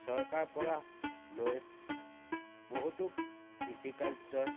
চৰকাৰৰ পৰা লৈ বহুতো কৃষি কাৰ্যৰ